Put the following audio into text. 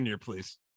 please